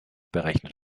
berechnet